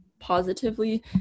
positively